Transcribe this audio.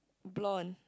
blonde